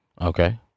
Okay